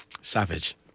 Savage